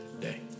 day